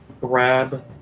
Grab